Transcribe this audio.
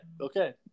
okay